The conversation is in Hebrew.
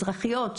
אזרחיות,